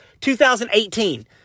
2018